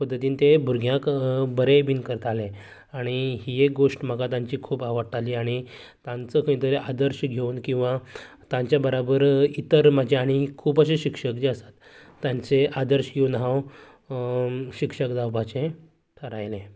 पद्दतीन ते भुरग्यांक बरें बीन करताले आनी ही एक गोष्ट म्हाका तांची खूब आवडटाली आनी तांचो खंय तरी आदर्श घेवन किंवां तांच्या बराबर इतर म्हजे आनी खूब अशें शिक्षक आसात तेंचे आदर्श घेवन हांव शिक्षक जावपाचें थारायलें